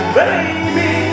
baby